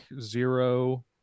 zero